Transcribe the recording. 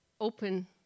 open